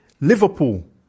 Liverpool